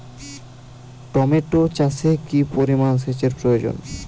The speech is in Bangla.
টমেটো চাষে কি পরিমান সেচের প্রয়োজন?